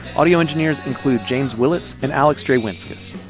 audio engineers include james willits and alex drewinzkis.